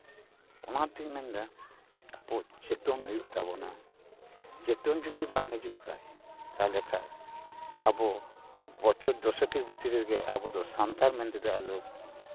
ᱚᱱᱟᱛᱤᱧ ᱢᱮᱱᱫᱟ ᱟᱵᱚ ᱪᱮᱛᱚᱱ ᱦᱩᱭᱩᱜ ᱛᱟᱵᱳᱱᱟ ᱪᱮᱛᱚᱱ ᱡᱩᱫᱤ ᱵᱟᱝ ᱦᱤᱡᱩᱜ ᱠᱷᱟᱱ ᱛᱟᱦᱚᱞᱮ ᱠᱷᱟᱡ ᱟᱵᱚ ᱵᱚᱪᱷᱚᱨ ᱫᱚᱥᱮᱠ ᱵᱷᱤᱛᱨᱤ ᱨᱮᱜᱮ ᱟᱵᱚᱫᱚ ᱥᱟᱱᱛᱟᱲ ᱢᱮᱱ ᱛᱮᱫᱚ ᱟᱫᱚ